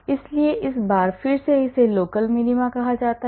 इसलिए एक बार फिर इसे local minima कहा जाता है